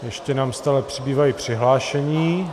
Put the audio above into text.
Ještě nám stále přibývají přihlášení.